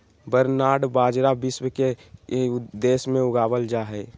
barnyard बाजरा विश्व के के देश में उगावल जा हइ